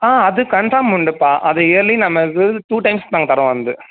ஆ அது கன்ஃபார்ம் உண்டுப்பா அது இயர்லி நம்ம இது டூ டைம்ஸ் நாங்கள் தரோம் வந்து